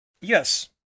Yes